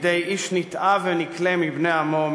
בידי איש נתעב ונקלה מבני עמו,